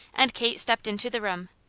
and kate stepped into the room.